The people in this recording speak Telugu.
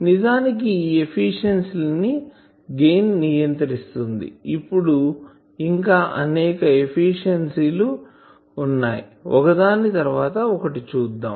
నిజానికి ఈ ఎఫిషియన్సీలని గెయిన్ నియంత్రిస్తుంది ఇప్పుడు ఇంకా అనేక ఎఫిషియన్సీ లు వున్నాయి ఒకదాని తర్వాత ఒకటి చూద్దాం